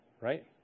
Right